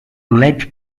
led